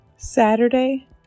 Saturday